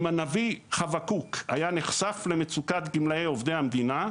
אם הנביא חבקוק היה נחשף למצוקת גמלאי עובדי המדינה,